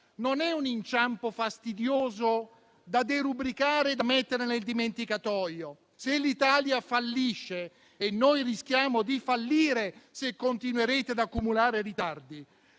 non è un inciampo fastidioso da derubricare e mettere nel dimenticatoio. Se l'Italia fallisce - e noi rischiamo di fallire, se continuerete ad accumulare ritardi